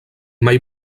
mai